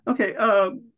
Okay